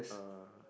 uh